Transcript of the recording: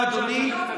תודה, אדוני.